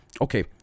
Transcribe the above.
okay